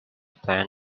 plant